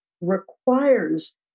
requires